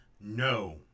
No